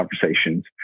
conversations